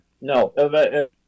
No